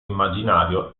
immaginario